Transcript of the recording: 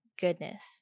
goodness